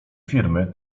firmy